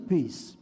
Peace